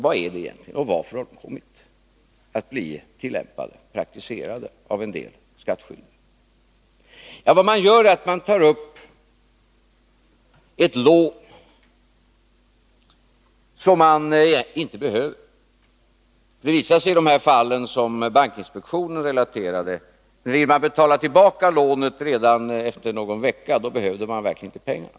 Varför har det förfaringssättet kommit att bli praktiserat av en del skattskyldiga? Vad man gör är att man tar upp ett lån, som man egentligen inte behöver. Det visade sig i de fall som bankinspektionen relaterat att låntagarna betalade tillbaka lånen redan efter någon vecka — och då behövde de verkligen inte pengarna.